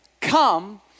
come